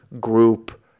group